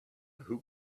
who